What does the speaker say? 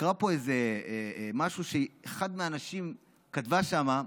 אקרא פה משהו שאחת מהנשים כתבה שם: